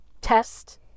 test